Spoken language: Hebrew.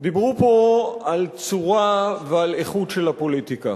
דיברו פה על צורה ועל איכות של הפוליטיקה,